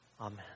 Amen